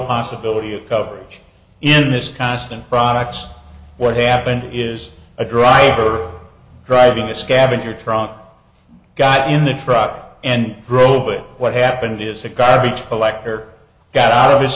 possibility of coverage in this constant products what happened is a driver driving a scavenger truck got in the truck and drove away what happened is a garbage collector got out of this